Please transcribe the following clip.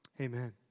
Amen